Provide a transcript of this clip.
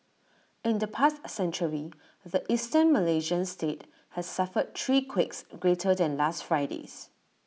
in the past century the Eastern Malaysian state has suffered three quakes greater than last Friday's